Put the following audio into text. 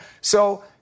So-